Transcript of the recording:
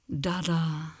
Dada